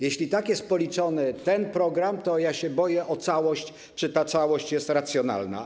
Jeśli tak jest policzony ten program, to ja się boję o całość, czy ta całość jest racjonalna.